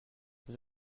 vous